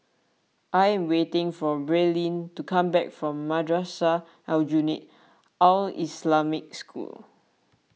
I am waiting for Braelyn to come back from Madrasah Aljunied Al Islamic School